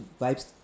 Vibes